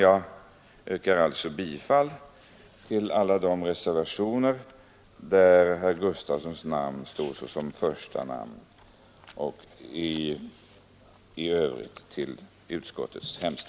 Jag yrkar bifall till alla de reservationer där herr Gustafsons namn står först och i övrigt till utskottets hemställan.